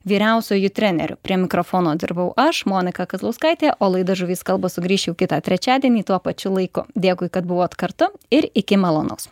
vyriausiuoju treneriu prie mikrofono dirbau aš monika kazlauskaitė o laida žuvys kalba sugrįš jau kitą trečiadienį tuo pačiu laiku dėkui kad buvot kartu ir iki malonaus